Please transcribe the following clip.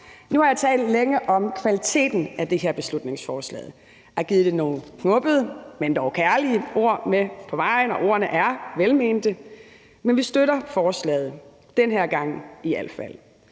nu har jeg talt længe om kvaliteten af det her beslutningsforslag, har givet det nogle knubbede, men dog kærlige ord med på vejen – og ordene er velmente – men vi støtter forslaget, i al fald